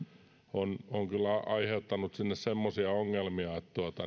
on on kyllä aiheuttanut sinne semmoisia ongelmia